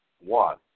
one